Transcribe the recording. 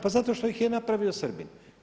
Pa zato što ih je napravio Srbin.